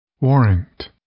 Warrant